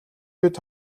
бид